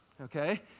okay